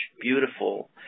beautiful